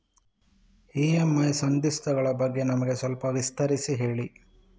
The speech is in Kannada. ಇ.ಎಂ.ಐ ಸಂಧಿಸ್ತ ಗಳ ಬಗ್ಗೆ ನಮಗೆ ಸ್ವಲ್ಪ ವಿಸ್ತರಿಸಿ ಹೇಳಿ